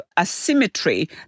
asymmetry